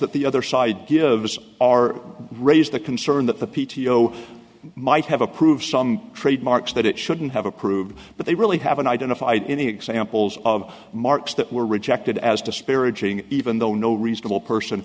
that the other side gives are raised the concern that the p t o might have approved some trademarks that it shouldn't have approved but they really haven't identified any examples of marks that were rejected as disparaging even though no reasonable person